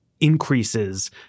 increases